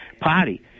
party